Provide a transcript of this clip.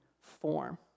form